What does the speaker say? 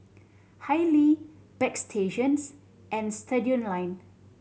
Haylee Bagstationz and Studioline